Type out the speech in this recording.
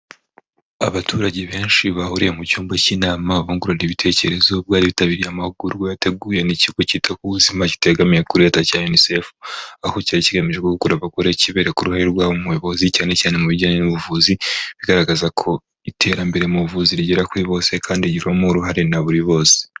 Abaturage benshi bahuriye mu cyumba cy'inama bungurana ibitekerezo, bitabiriye amahugurwa yateguyewe n'ikigo cyita ku bu ubuzima kitegamiye kuri leta cya UNICEF, aho cyari kigamije gukura abagore kibereka ku ruhare rwabo mu buyobozi cyane cyane mu bijyanye n'ubuvuzi, bigaragaza ko iterambere mu buvuzi rigera kuri bose kandi rigiramo uruhare na buri bose.